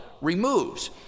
removes